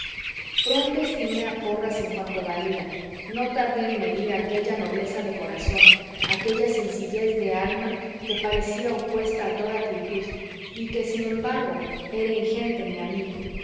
pronto estimé a porras en cuanto valía no tardé en medir aquella nobleza de corazón aquella sencillez de alma que parecía opuesta a toda acritud y que sin embargo era ingente en mi amigo